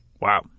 Wow